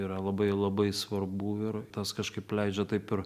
yra labai labai svarbu ir tas kažkaip leidžia taip ir